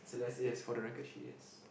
Celeste yes for the record she is